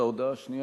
ההודעה השנייה,